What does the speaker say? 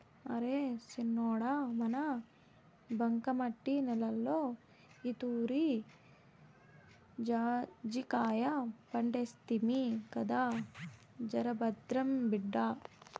అరే సిన్నోడా మన బంకమట్టి నేలలో ఈతూరి జాజికాయ పంటేస్తిమి కదా జరభద్రం బిడ్డా